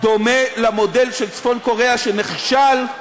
דומה למודל של ההסכם עם צפון-קוריאה שנכשל,